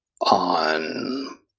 on